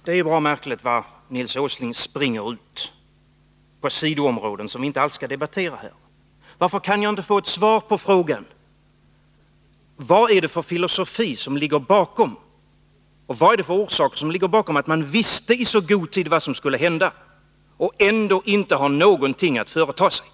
Herr talman! Det är märkligt hur Nils Åsling springer runt på sidoområden, som vi inte alls skall debattera här. Varför kan jag inte få ett svar på frågan: Vad är orsaken till att man visste i så god tid vad som skulle hända men ändå inte har någonting att företa sig?